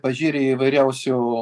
pažėrė įvairiausių